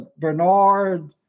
Bernard